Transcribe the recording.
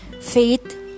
faith